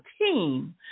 team